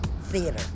theater